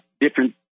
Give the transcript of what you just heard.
different